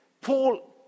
Paul